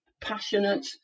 passionate